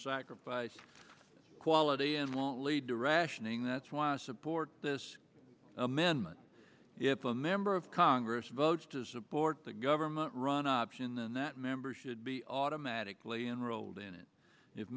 sacrifice quality and won't lead to rationing that's why i support this amendment if a member of congress votes to support the government run option and that members should be automatically enrolled in it if